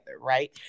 right